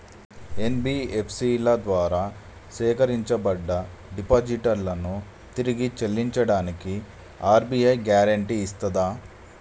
NBFC ల ద్వారా సేకరించబడ్డ డిపాజిట్లను తిరిగి చెల్లించడానికి ఆర్.బి.ఐ గ్యారెంటీ ఇస్తదా?